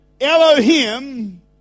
Elohim